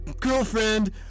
girlfriend